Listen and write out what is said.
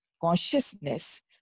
consciousness